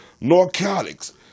narcotics